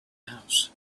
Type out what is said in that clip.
house